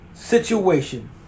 situation